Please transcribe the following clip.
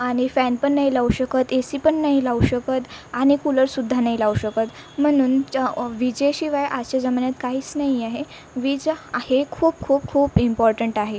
आणि फॅन पण नाही लावू शकत ए सी पण नाही लावू शकत आणि कूलरसुद्धा नाही लावू शकत म्हणून च्या ऑ विजेशिवाय आशच्या जमान्यात काहीस नाही आहे वीज आहे खूप खूप खूप इम्पॉर्टंट आहे